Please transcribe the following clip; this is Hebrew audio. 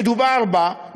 שדובר בה,